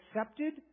accepted